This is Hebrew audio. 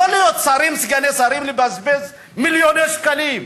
ולא להיות שרים וסגני שרים ולבזבז מיליוני שקלים.